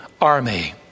army